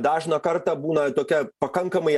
dažną kartą būna tokie pakankamai